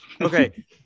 Okay